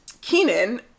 Keenan